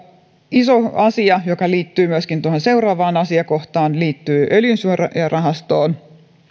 iso asia joka liittyy myöskin tuohon seuraavaan asiakohtaan liittyy öljysuojarahastoon